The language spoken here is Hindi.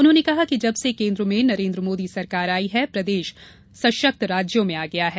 उन्होंने कहा कि जब से केन्द्र मे नरेन्द्र मोदी सरकार आयी है प्रदेश सशक्त राज्यों में आ गया है